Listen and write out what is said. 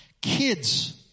Kids